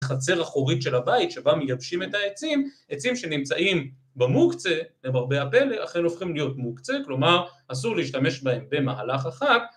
חצר אחורית של הבית שבה מייבשים את העצים, עצים שנמצאים במוקצה, למרבה הפלא, אכן הופכים להיות מוקצה, כלומר אסור להשתמש בהם במהלך החג